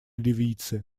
ливийцы